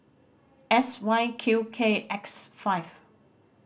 S Y Q K X five